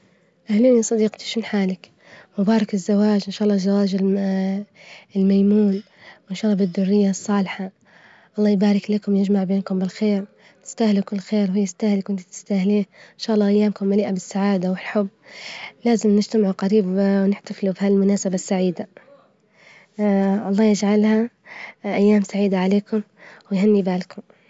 أهلين صديجتي، شلون حالك؟ مبارك الزواج، إن شاء الله الزواج الميمون، إن شاء الله بالدرية الصالحة، الله يبارك لكم ويجمع بينكم بالخير، تستاهلي كل خير، هويستاهلك وإنت تستاهليه، إن شاء الله أيامكم مليئة بالسعادة والحب، لازم نجتمعوا جريب ونحتفلوا بي هالمناسبة السعيدة، الله يجعلها أيام سعيدة عليكم، ويهني بالكم.